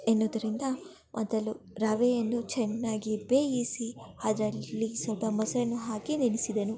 ಎನ್ನುವುದರಿಂದ ಮೊದಲು ರವೆಯನ್ನು ಚೆನ್ನಾಗಿ ಬೇಯಿಸಿ ಅದರಲ್ಲಿ ಸ್ವಲ್ಪ ಮೊಸರನ್ನು ಹಾಕಿ ನೆನೆಸಿದೆನು